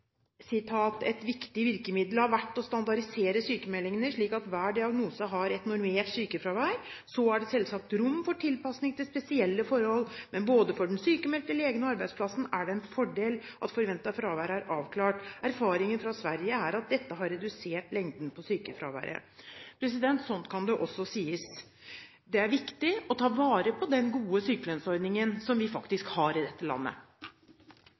viktig virkemiddel har vært å standardisere sykemeldingene, slik at hver diagnose har et normert sykefravær. Så er det selvsagt rom for tilpasning til spesielle forhold. Men både for den sykemeldte, legen og arbeidsplassen er det en fordel at forventet fravær er avklart. Erfaringen fra Sverige er at dette har redusert lengden på sykefraværet.» Sånn kan det også sies. Det er viktig å ta vare på den gode sykelønnsordningen som vi faktisk har i dette landet.